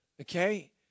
okay